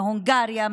מהונגריה,